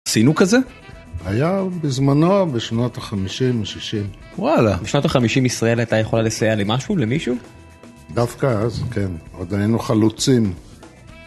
עשינו כזה? היה בזמנו, בשנות ה-50, ה-60. וואלה, בשנות ה-50 ישראל הייתה יכולה לסייע למשהו, למישהו? דווקא אז, כן. עוד היינו חלוצים.